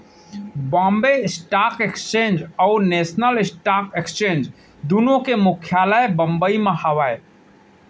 Bombay stock exchange और national stock exchange दुनो के मुख्यालय बंबई म हावय